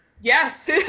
Yes